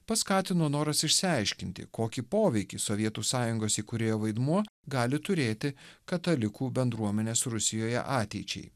paskatino noras išsiaiškinti kokį poveikį sovietų sąjungos įkūrėjo vaidmuo gali turėti katalikų bendruomenės rusijoje ateičiai